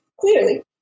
Clearly